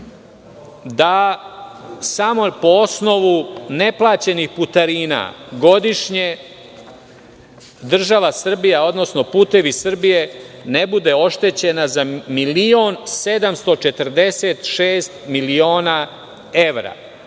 da samo po osnovu neplaćenih putarina godišnje država Srbija, odnosno "Putevi Srbije" ne bude oštećena za milion 746 miliona evra.